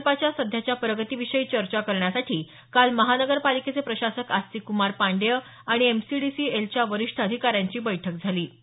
प्रकल्पांच्या सध्याच्या प्रगतीविषयी चर्चा करण्यासाठी काल महापालिकेचे प्रशासक आस्तिक कुमार पांडेय आणि A C D C L च्या वरिष्ठ अधिकाऱ्यांची बैठक झाली